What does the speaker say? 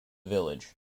village